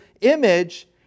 image